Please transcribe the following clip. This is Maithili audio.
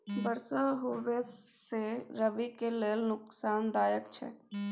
बरसा होबा से रबी के लेल नुकसानदायक छैय?